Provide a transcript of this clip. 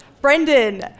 Brendan